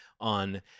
on